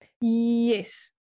Yes